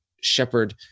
shepherd